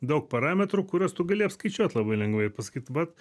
daug parametrų kuriuos tu gali apskaičiuot labai lengvai pasakyt vat